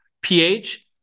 pH